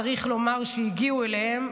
צריך לומר שהגיעו אליהם,